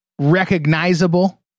recognizable